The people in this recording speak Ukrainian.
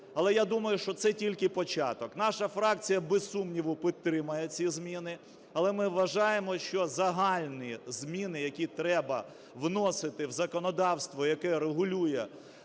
Але я думаю, що це тільки початок. Наша фракція без сумніву підтримує ці зміни, але ми вважаємо, що загальні зміни, які треба вносити в законодавство, яке регулює